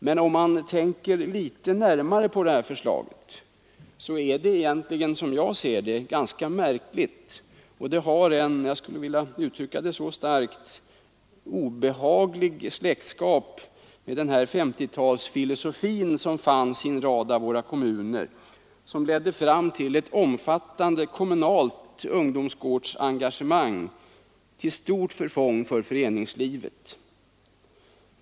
Men om man tänker litet närmare på förslaget är det egentligen ganska märkligt och har en — jag skulle vilja uttrycka det så starkt — obehaglig släktskap med den femtiotalsfilosofi som fanns i en rad av våra kommuner och som ledde fram till ett omfattande kommunalt ungdomsgårdsengagemang till stort förfång för föreningslivet.